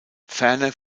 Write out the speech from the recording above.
ferner